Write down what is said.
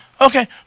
Okay